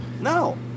No